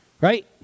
right